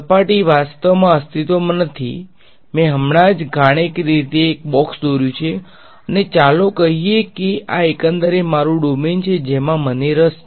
સપાટી વાસ્તવમાં અસ્તિત્વમાં નથી મેં હમણાં જ ગાણિતિક રીતે એક બોક્સ દોર્યું છે અને ચાલો કહીએ કે આ એકંદર મારું ડોમેન છે જેમાં મને રસ છે